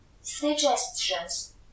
Suggestions